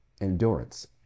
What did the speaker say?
endurance